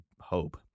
hope